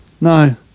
no